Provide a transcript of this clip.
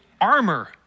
armor